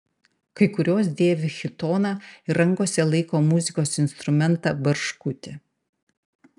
kai kurios dėvi chitoną ir rankose laiko muzikos instrumentą barškutį